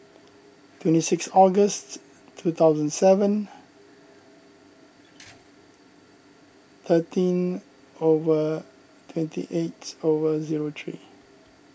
twenty six August two thousand seven thirteen hour twenty eight hour zero three